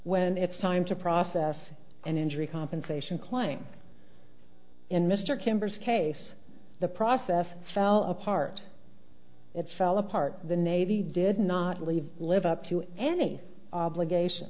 when it's time to process and injury compensation claim in mr kember's case the process fell apart it fell apart the navy did not leave live up to any obligation